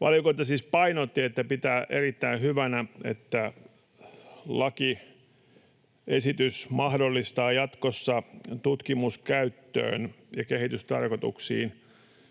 Valiokunta siis painotti, että pitää erittäin hyvänä, että lakiesitys mahdollistaa jatkossa tutkimuskäyttöön ja kehitystarkoituksiin